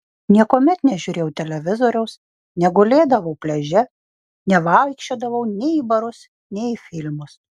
niekuomet nežiūrėjau televizoriaus negulėdavau pliaže nevaikščiodavau nei į barus nei į filmus